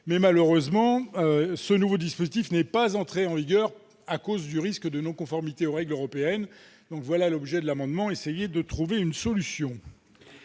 Malheureusement, ce nouveau dispositif n'est pas entré en vigueur, à cause d'un risque de non-conformité aux règles européennes. Ce très long amendement vise à trouver une solution